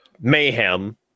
Mayhem